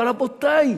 אבל, רבותי,